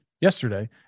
yesterday